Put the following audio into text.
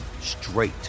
straight